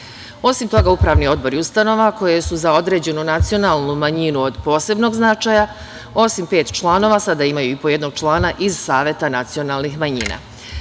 toga, upravni odbor je ustanova u kojoj za određenu nacionalnu manjinu od posebnog značaja, osim pet članova, sada imaju i po jednog člana iz Saveta nacionalnih manjina. Jedna